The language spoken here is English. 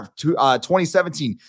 2017